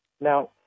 Now